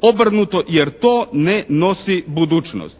obrnuto, jer to ne nosi budućnost.